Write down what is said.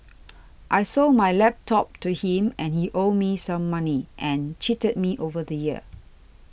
I sold my laptop to him and he owed me some money and cheated me over the year